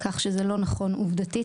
כך שזה לא נכון עובדתית.